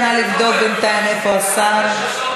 נא לבדוק בינתיים איפה השר.